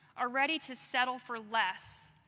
are ready to settle for less,